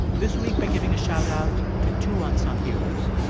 this week we're giving a shout-out to two unsung heroes,